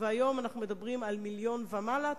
והיום אנו מדברים על מיליון ומעלה,